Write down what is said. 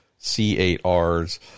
C8Rs